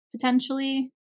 potentially